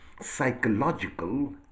psychological